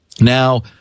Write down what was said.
Now